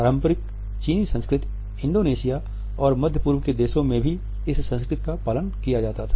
पारंपरिक चीनी संस्कृति इंडोनेशिया और मध्य पूर्व के देशों में भी इसी संस्कृति का पालन किया जाता था